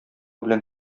белән